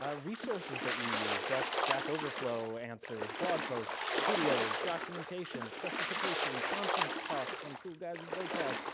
ah resources that you used, that's stack overflow answers, blog posts, videos, documentations, specification, conference talks from cool guys with bow ties.